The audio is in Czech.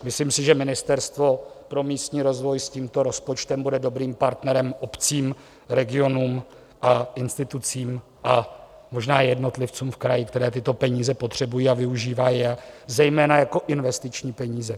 Myslím si, že Ministerstvo pro místní rozvoj s tímto rozpočtem bude dobrým partnerem obcím, regionům a institucím, možná jednotlivcům v krajích, kteří tyto peníze potřebují a využívají je zejména jako investiční peníze.